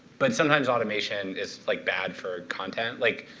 but sometimes automation is like bad for content. like,